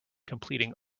completing